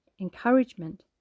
encouragement